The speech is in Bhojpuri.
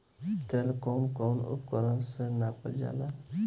तेल कउन कउन उपकरण से नापल जाला?